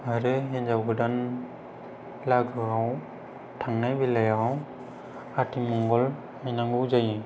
आरो हिनजाव गोदान लागोआव थांनाय बेलायाव आथिमंगल हैनांगौ जायो